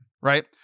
right